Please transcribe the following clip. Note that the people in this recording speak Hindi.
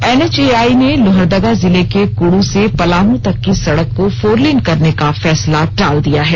एनएचएआई ने लोहरदगा जिले के कुड्डू से पलामू तक की सड़क को फोरलेन करने का फैसला टाल दिया है